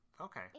Okay